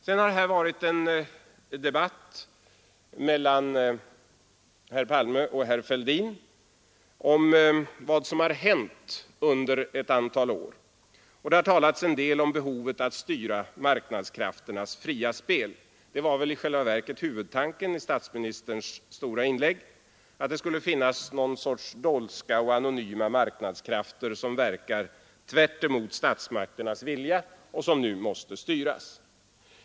Här har vidare varit en debatt mellan herr Palme och herr Fälldin om vad som har hänt under ett antal år. Det har talats en del om behovet av att styra marknadskrafternas fria spel. Det var väl själva huvudtanken i statsministerns stora inlägg att det skulle finnas någon sorts dolska och anonyma marknadskrafter som verkar tväremot statsmakternas vilja och som nu måste styras.